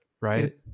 right